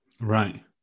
Right